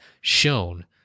shown